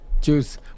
Juice